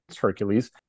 Hercules